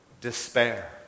despair